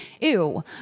ew